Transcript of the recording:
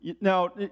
Now